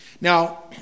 Now